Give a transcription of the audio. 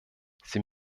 sie